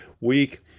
week